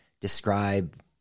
describe